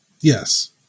Yes